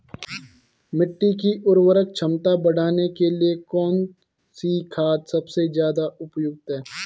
मिट्टी की उर्वरा क्षमता बढ़ाने के लिए कौन सी खाद सबसे ज़्यादा उपयुक्त है?